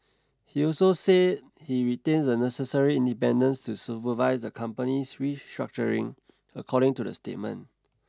he also said he retains the necessary independence to supervise the company's restructuring according to the statement